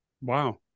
Wow